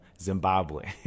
Zimbabwe